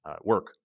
work